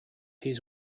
his